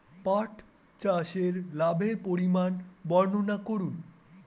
পাঠ চাষের লাভের পরিমান বর্ননা করুন?